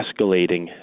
escalating